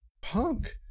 punk